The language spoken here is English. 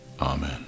Amen